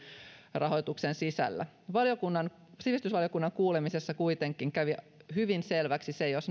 nykyrahoituksen sisällä sivistysvaliokunnan kuulemisessa kuitenkin kävi hyvin selväksi se että jos